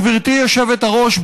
גברתי היושבת-ראש,